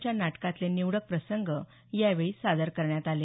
च्या नाटकांतले निवडक प्रसंग यावेळी सादर करण्यात आले